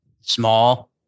Small